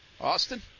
Austin